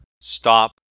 stop